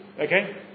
Okay